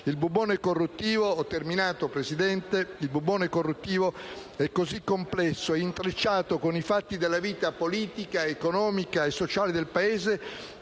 Il bubbone corruttivo è così complesso e intrecciato con i fatti della vita politica, economica e sociale del Paese